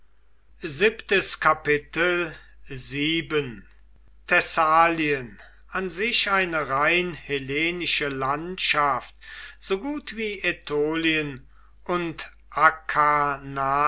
thessalien an sich eine rein hellenische landschaft so gut wie ätolien und